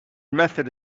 method